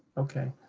okay,